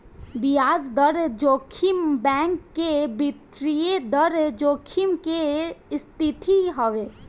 बियाज दर जोखिम बैंक के वित्तीय दर जोखिम के स्थिति हवे